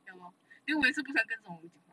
ya lor then 我也是不想跟这种人讲话